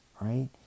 right